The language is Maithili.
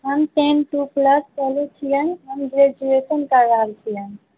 हम टेन टू प्लस कयले छियनि हम ग्रैजूएशन करि रहल छियनि